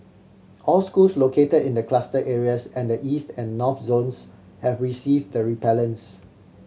all schools located in the cluster areas and the East and North zones have received the repellents